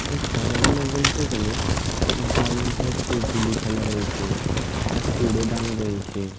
এই খেলাগুলো বলতে গেলে তার মধ্যে হচ্ছে গুলি খেলা রয়েছে আর কোড়েডাং রয়েছে